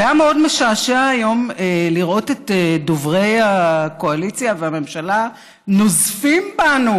זה היה מאוד משעשע היום לראות את דוברי הקואליציה והממשלה נוזפים בנו,